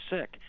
sick